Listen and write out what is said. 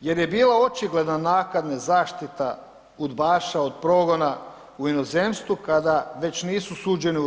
jer je bila očigledna naknadna zaštita udbaša od progona u inozemstvu kada već nisu suđeni u RH.